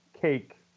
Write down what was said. cake